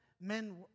men